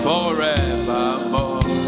Forevermore